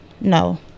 No